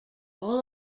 all